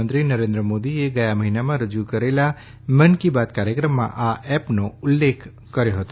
પ્રધાનમંત્રી નરેન્ મોદીએ ગયા મહિનામાં રજૂ કરેલાં મન કી બાત કાર્યક્રમમાં આ એપનો ઉલ્લેખ કર્યો હતો